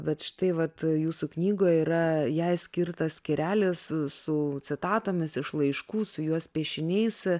bet štai vat jūsų knygoje yra jai skirtas skyrelis su citatomis iš laiškų su jos piešiniais